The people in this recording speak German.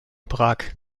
prag